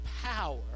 power